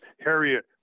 Harriet